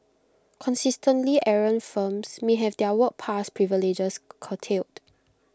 consistently errant firms may have their work pass privileges curtailed